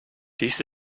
dies